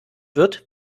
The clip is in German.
wird